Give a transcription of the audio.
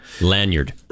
lanyard